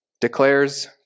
declares